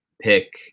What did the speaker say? pick